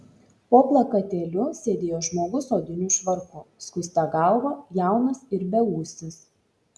po plakatėliu sėdėjo žmogus odiniu švarku skusta galva jaunas ir beūsis